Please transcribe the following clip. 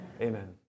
Amen